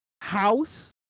house